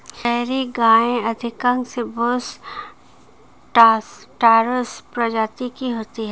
dairy गायें अधिकांश बोस टॉरस प्रजाति की होती हैं